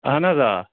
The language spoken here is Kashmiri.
اَہَن حظ آ